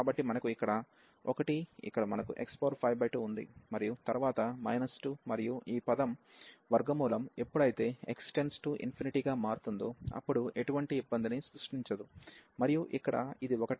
కాబట్టి మనకు ఇక్కడ 1 ఇక్కడ మనకు x52వుంది మరియు తరువాత మైనస్ 2 మరియు ఈ పదం వర్గ మూలం ఎప్పుడైతే x→∞ గా మారుతుందో అప్పుడు ఎటువంటి ఇబ్బందిని సృష్టించదు మరియు ఇక్కడ ఇది ఒకటి